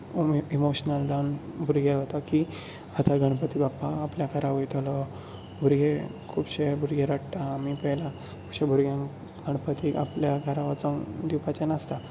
उमेद इमोशनल जावन भुरगे वतात की आतां गणपती बप्पा आपल्याक रावयतलो भुरगे खुबशे भुरगे रडटा आमी पळयलां खबशां भुरग्यांक गणपती आपल्या घरा वचूंक दिवपाचे नासता